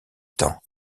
temps